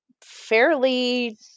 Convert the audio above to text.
fairly